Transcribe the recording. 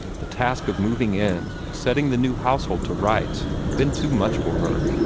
the task of moving in, of setting the new household to rights, had been too much for her.